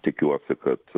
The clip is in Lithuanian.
tikiuosi kad